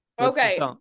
Okay